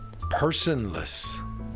personless